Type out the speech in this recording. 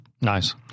Nice